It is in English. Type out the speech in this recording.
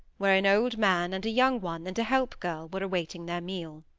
where an old man and a young one, and a help-girl, were awaiting their meal.